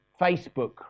Facebook